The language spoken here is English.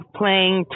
playing